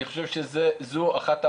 אני חושב שזו אחת המכות.